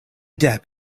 depp